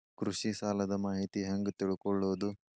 ಕೃಷಿ ಸಾಲದ ಮಾಹಿತಿ ಹೆಂಗ್ ತಿಳ್ಕೊಳ್ಳೋದು?